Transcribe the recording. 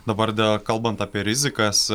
dabar dar kalbant apie rizikas